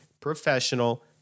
professional